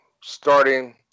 starting